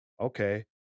Okay